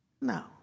No